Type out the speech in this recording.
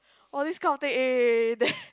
all this kind of thing eh there